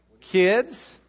Kids